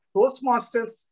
Toastmasters